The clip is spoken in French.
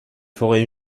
forêts